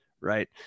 right